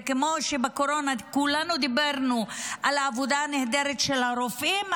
כמו שבקורונה כולנו דיברנו על העבודה הנהדרת של הרופאים,